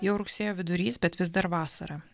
jau rugsėjo vidurys bet vis dar vasara